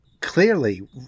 clearly